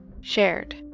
shared